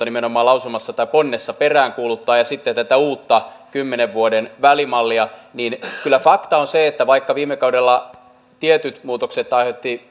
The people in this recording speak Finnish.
nimenomaan lausumassa tai ponnessa peräänkuuluttaa ja sitten tätä uutta kymmenen vuoden välimallia kyllä fakta on se että vaikka viime kaudella tietyt muutokset aiheuttivat